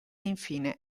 infine